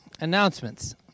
Announcements